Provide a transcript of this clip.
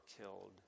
killed